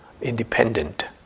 independent